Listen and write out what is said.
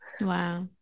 Wow